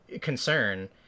concern